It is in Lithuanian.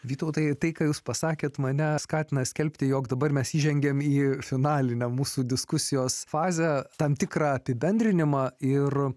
vytautai tai ką jūs pasakėte mane skatina skelbti jog dabar mes įžengėme į finalinę mūsų diskusijos fazę tam tikrą apibendrinimą ir